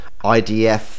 IDF